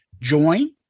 join